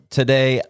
today